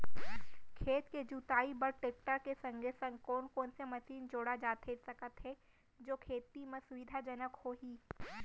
खेत के जुताई बर टेकटर के संगे संग कोन कोन से मशीन जोड़ा जाथे सकत हे जो खेती म सुविधाजनक होही?